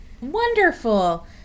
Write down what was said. Wonderful